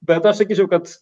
bet aš sakyčiau kad